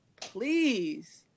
please